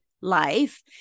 life